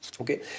Okay